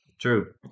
True